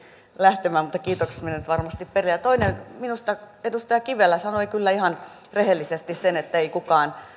lähtemään mutta kiitokset menevät varmasti perille ja minusta edustaja kivelä sanoi kyllä ihan rehellisesti sen että ei